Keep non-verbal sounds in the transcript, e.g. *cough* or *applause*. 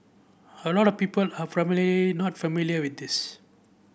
a lot of people are *unintelligible* not familiar with this